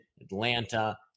Atlanta